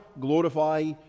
glorify